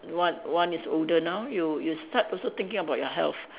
one one is older now you you start also thinking about your health